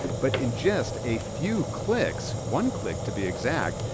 but in just a few clicks, one click to be exact,